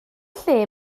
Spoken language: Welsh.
lle